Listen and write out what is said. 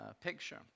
picture